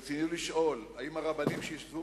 ברצוני לשאול: 1. האם הרבנים שהשתתפו